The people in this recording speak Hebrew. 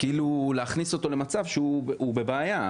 זה להכניס אותו למצב שהוא בבעיה.